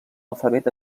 alfabet